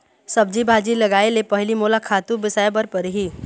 सब्जी भाजी लगाए ले पहिली मोला खातू बिसाय बर परही